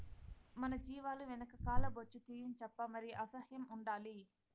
మన జీవాల వెనక కాల్ల బొచ్చు తీయించప్పా మరి అసహ్యం ఉండాలి